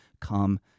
come